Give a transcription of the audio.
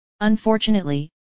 Unfortunately